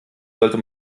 sollte